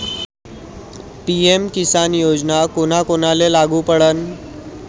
PM किसान योजना कोना कोनाले लागू पडन?